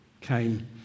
came